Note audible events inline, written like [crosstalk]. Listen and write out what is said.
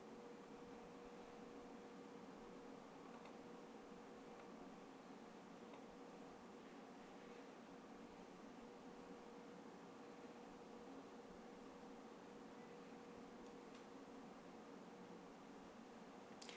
[noise]